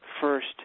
first